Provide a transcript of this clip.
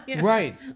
Right